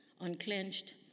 unclenched